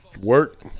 work